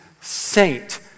saint